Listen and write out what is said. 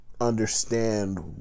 understand